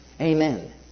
Amen